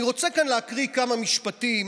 אני רוצה כאן להקריא כמה משפטים